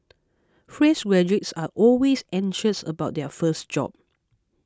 fresh graduates are always anxious about their first job